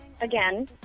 again